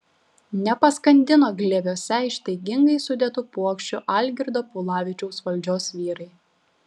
nepaskandino glėbiuose ištaigingai sudėtų puokščių algirdo paulavičiaus valdžios vyrai